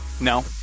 no